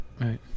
right